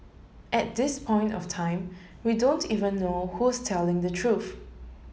at this point of time we don't even know who's telling the truth